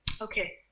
Okay